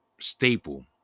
staple